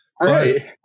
Right